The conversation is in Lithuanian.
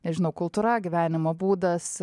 nežinau kultūra gyvenimo būdas